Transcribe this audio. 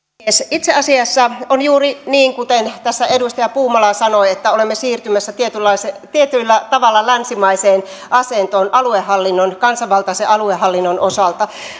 itse asiassa on juuri niin kuten tässä edustaja puumala sanoi että olemme siirtymässä tietyllä tavalla länsimaiseen asentoon aluehallinnon kansanvaltaisen aluehallinnon osalta